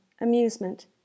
amusement